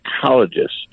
psychologist